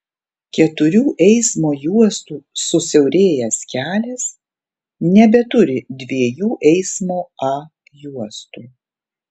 keturių eismo juostų susiaurėjęs kelias nebeturi dviejų eismo a juostų